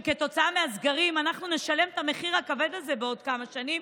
וכתוצאה מהסגרים אנחנו נשלם את המחיר הכבד הזה בעוד כמה שנים,